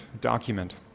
document